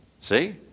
See